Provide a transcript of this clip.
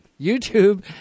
YouTube